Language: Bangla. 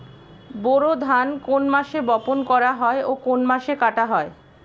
বোরো ধান কোন মাসে বপন করা হয় ও কোন মাসে কাটা হয়?